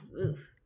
Oof